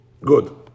Good